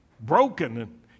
broken